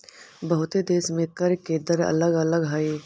बहुते देश में कर के दर अलग अलग हई